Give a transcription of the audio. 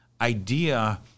idea